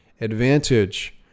advantage